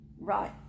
Right